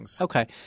Okay